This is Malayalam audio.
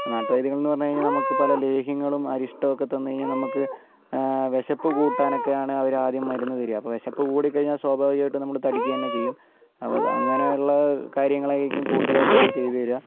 നാട്ടു വൈദ്യങ്ങൾ എന്ന് പറഞ്ഞു കഴിഞ്ഞാൽ നമുക്ക് പല ലേഹ്യങ്ങളും അരിഷ്ടം ഒക്കെ തന്നു കഴിഞ്ഞാൽ നമുക്ക് വിശപ്പ് കൂട്ടാൻ ഒക്കെയാണ് അവർ ആദ്യം മരുന്ന് തരുക അപ്പോൾ വിശപ്പ് കൂടി കഴിഞ്ഞാൽ സ്വാഭാവികമായിട്ട് നമ്മൾ തടിക്ക തന്നെ ചെയ്യും അപ്പോൾ അങ്ങനെ ഉള്ള കാര്യങ്ങൾ ആയിരിക്കും കൂടുതലായിട്ട് അവർ ചെയത് തരിക